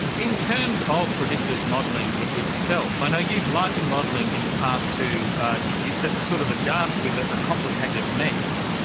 in terms of predictive modelling itself, i know you've likened modelling in the past to you said it was sort of a dance with a complicated mess.